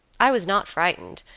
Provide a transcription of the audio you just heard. i was not frightened,